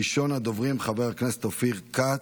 ראשון הדוברים, חבר הכנסת אופיר כץ,